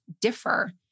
differ